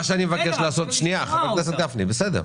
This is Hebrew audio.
בסדר,